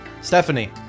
Stephanie